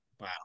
Wow